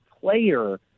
player